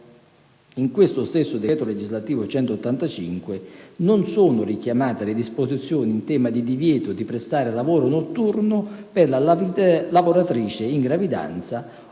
In questo stesso decreto legislativo n. 185 non sono richiamate le disposizioni in tema del divieto di prestare lavoro notturno per la lavoratrice in gravidanza o misure di